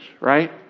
right